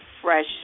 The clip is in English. Fresh